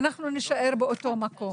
אנחנו נישאר באותו מקום.